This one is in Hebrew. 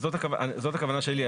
זאת הכוונה שלי.